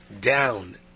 down